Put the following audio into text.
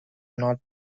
not